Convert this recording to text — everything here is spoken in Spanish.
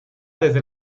desde